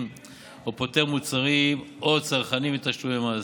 או פוטר מוצרים או צרכנים מתשלומי מס.